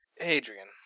Adrian